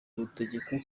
rutegeka